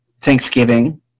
Thanksgiving